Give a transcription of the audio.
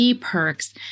perks